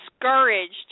discouraged